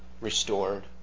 restored